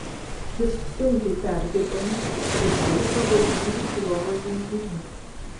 jis sunkiai perdirbamas ir turi pavojingų chloro junginių